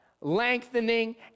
lengthening